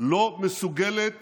לא מסוגלת